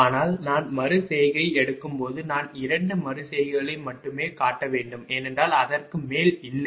ஆனால் நான் மறு செய்கையை எடுக்கும்போது நான் 2 மறு செய்கைகளை மட்டுமே காட்ட வேண்டும் ஏனென்றால் அதற்கு மேல் இல்லை